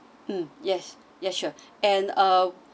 mm yes yes sure and uh